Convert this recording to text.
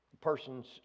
persons